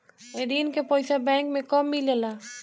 ऋण के पइसा बैंक मे कब मिले ला?